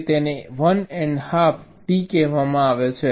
એટલે તેને 1 and half d કહેવાય છે